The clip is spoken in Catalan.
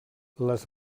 les